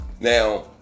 now